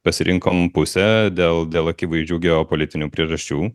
pasirinkom pusę dėl dėl akivaizdžių geopolitinių priežasčių